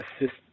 assist